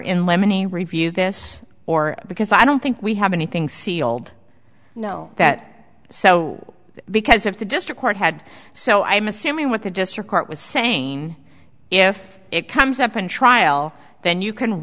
in lemony review this or because i don't think we have anything sealed you know that so because of the district court had so i'm assuming what they're just the court was saying if it comes up in trial then you can